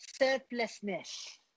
selflessness